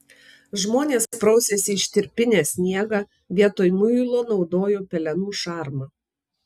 žmonės prausėsi ištirpinę sniegą vietoj muilo naudojo pelenų šarmą